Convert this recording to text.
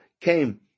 came